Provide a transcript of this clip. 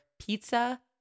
pizza